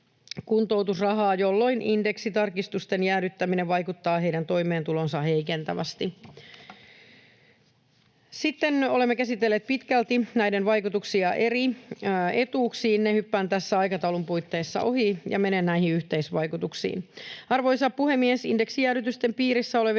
jolloin indeksitarkistusten jäädyttäminen vaikuttaa heidän toimeentuloonsa heikentävästi. Sitten olemme käsitelleet pitkälti näiden vaikutuksia eri etuuksiin. Ne hyppään tämän aikataulun puitteissa ohi ja menen näihin yhteisvaikutuksiin. Arvoisa puhemies! Indeksijäädytysten piirissä olevien